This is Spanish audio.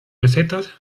mesetas